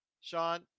Sean